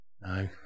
No